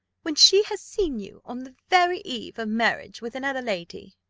when she has seen you on the very eve of marriage with another lady?